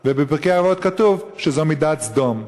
ובפרקי אבות כתוב שזו מידת סדום.